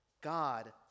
God